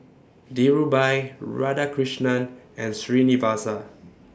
Dhirubhai Radhakrishnan and Srinivasa